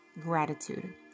gratitude